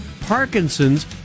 Parkinson's